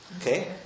okay